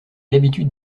l’habitude